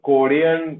Korean